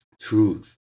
truth